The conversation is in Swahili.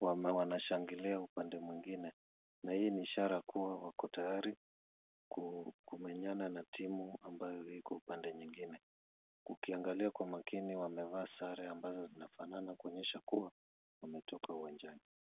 wanashangilia upande mwingine na hii ni ishara kuwa wako tayari kumenyana na timu ambayo iko upande nyingine. Ukiangalia kwa makini wamevaa sare ambazo zinafanana kuonyesha kuwa wametoka uwanjani.